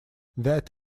that